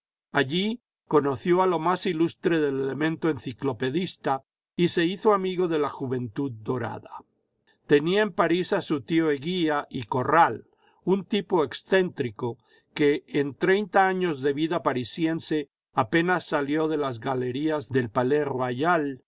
allí conoció a lo más ilustre del elemento enciclopedista y se hizo amigo de la juventud dorada tenía en parís a su tío eguía y corral un tipo excéntrico q'ie en treinta años de vida parisiense apenas salió de las galerías del palais